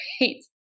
great